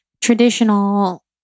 traditional